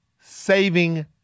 saving